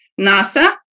NASA